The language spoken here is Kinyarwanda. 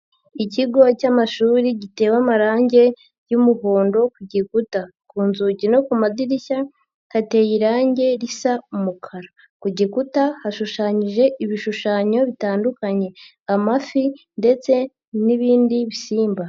Ikigo cy'amashuri gitewe amarangi y'umuhondo ku gikuta, ku nzugi no ku madirishya hateye irangi risa umukara, ku gikuta hashushanyije ibishushanyo bitandukanye. amafi ndetse n'ibindi bisimba.